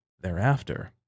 thereafter